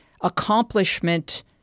accomplishment